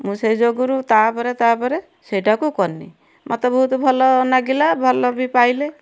ମୁଁ ସେଇ ଯୋଗୁଁରୁ ତା'ପରେ ତା'ପରେ ସେଇଟାକୁ କଲି ମୋତେ ବହୁତ ଭଲ ଲାଗିଲା ଭଲ ବି ପାଇଲେ